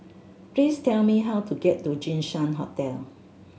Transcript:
please tell me how to get to Jinshan Hotel